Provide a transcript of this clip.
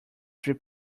three